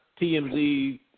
TMZ